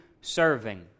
serving